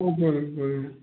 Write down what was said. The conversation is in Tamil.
ஓ போதும் போதுங்க